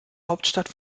hauptstadt